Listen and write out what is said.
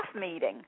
meeting